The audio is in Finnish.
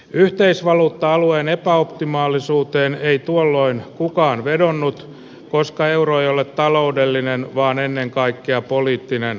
yhteisvaluutta alueen epäoptimaalisuuteen ei tuolloin kukaan vedonnut koska euro jolle taloudellinen vaan ennen kaikkea poliittinen